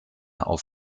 auf